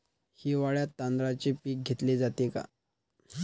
हिवाळ्यात तांदळाचे पीक घेतले जाते का?